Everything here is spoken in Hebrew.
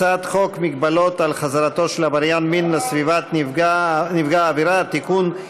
הצעת חוק מגבלות על חזרתו של עבריין מין לסביבת נפגע העבירה (תיקון,